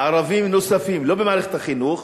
ערבים נוספים, לא במערכת החינוך,